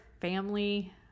family